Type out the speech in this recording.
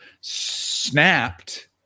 snapped